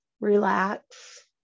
relax